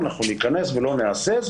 אנחנו ניכנס ולא נהסס,